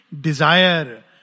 desire